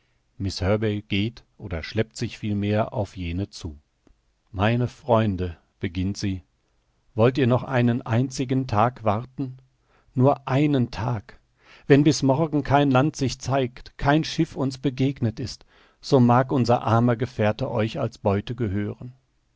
herbey geht oder schleppt sich vielmehr auf jene zu meine freunde beginnt sie wollt ihr noch einen einzigen tag warten nur einen tag wenn bis morgen kein land sich zeigt kein schiff uns begegnet ist so mag unser armer gefährte euch als beute gehören